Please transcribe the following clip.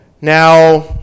Now